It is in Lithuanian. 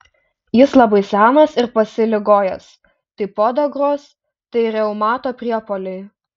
jis labai senas ir pasiligojęs tai podagros tai reumato priepuoliai